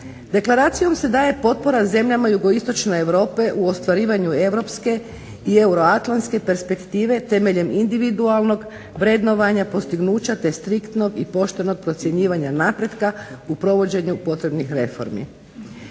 Deklaracijom se daje potpora zemljama jugoistočne Europe u ostvarivanju europske i euroatlantske perspektive temeljem individualnog vrednovanja dostignuća te striktnog i poštenog procjenjivanja napretka u provođenju potrebnih reformi.